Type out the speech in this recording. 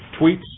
tweets